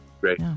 Great